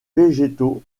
végétaux